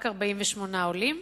רק 48 עולים.